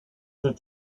that